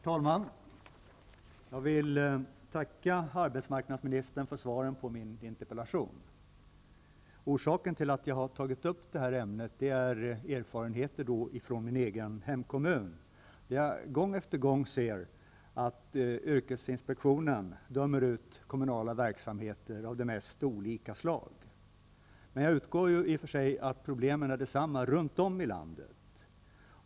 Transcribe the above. Herr talman! Jag vill tacka arbetsmarknadsministern för svaret på min interpellation. Orsaken till att jag har tagit upp det här ämnet är de erfarenheter som finns från min hemkommun, där yrkesinspektionen gång på gång dömer ut kommunala verksamheter av de mest olika slag. Jag utgår från att problemen i och för sig är desamma runt om i landet.